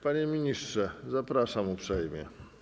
Panie ministrze, zapraszam uprzejmie.